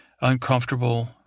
uncomfortable